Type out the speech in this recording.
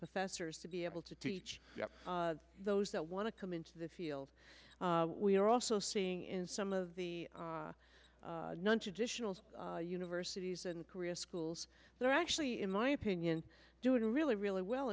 professors to be able to teach those that want to come into the field we are also seeing in some of the non traditional universities and career schools they're actually in my opinion doing really really well